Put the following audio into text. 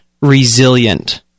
resilient